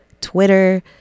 Twitter